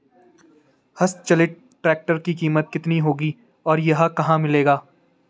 हस्त चलित ट्रैक्टर की कीमत कितनी होगी और यह कहाँ मिलेगा?